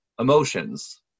Emotions